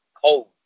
cold